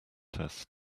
test